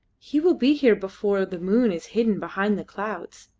he will be here before the moon is hidden behind the clouds,